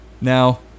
Now